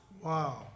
Wow